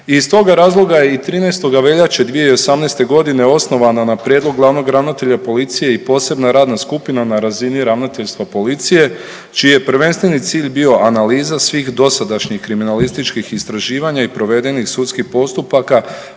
iz toga razloga je i 13. veljače 2018. godine osnovana na prijedlog glavnog ravnatelja policije i posebna radna skupina na razini ravnateljstva policije čiji je prvenstveni cilj bio analiza svih dosadašnjih kriminalističkih istraživanja i provedenih sudskih postupaka,